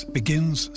begins